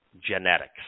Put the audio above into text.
genetics